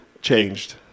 changed